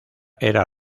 era